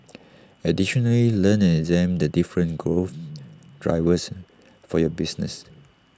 additionally learn and examine the different growth drivers for your business